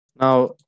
Now